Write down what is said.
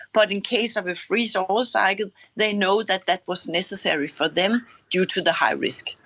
but in case of a freeze-all cycle they know that that was necessary for them due to the high risk.